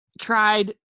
tried